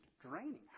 draining